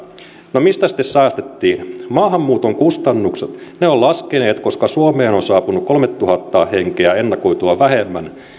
no mistä sitten säästettiin maahanmuuton kustannukset ovat laskeneet koska suomeen on saapunut noin kolmetuhatta henkeä ennakoitua vähemmän